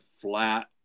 flat